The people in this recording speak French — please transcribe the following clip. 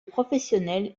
professionnels